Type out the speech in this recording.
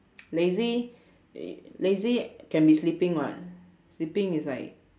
lazy lazy can be sleeping [what] sleeping is like